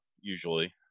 usually